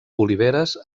oliveres